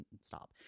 stop